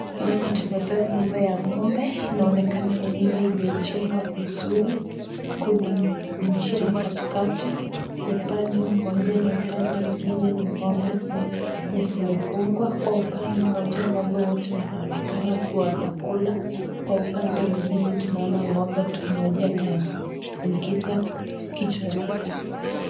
Hapa tumepewa nyumba ya ng'ombe, inaonekana ni nyumba iliyojengwa vizuri. Kuna njia katikati, upande mmoja na upande ingine ni ng'ombe zenye zimefungwa. Kwa upande mmoja ng'ombe wote wanaonekana kuwa wanakula. Kwa upande ingine tunaona ng'ombe tu mmoja ndio ameingiza kichwa yake.